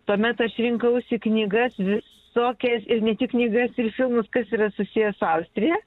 tuomet aš rinkausi knygas visokias ir ne tik knygas ir filmus kas yra susiję su austrija